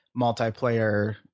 multiplayer